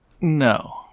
No